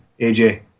AJ